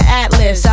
atlas